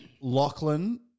Lachlan